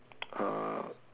uh